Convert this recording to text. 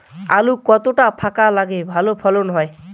আলু কতটা ফাঁকা লাগে ভালো ফলন হয়?